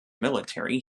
military